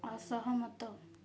ଅସହମତ